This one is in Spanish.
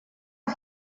muy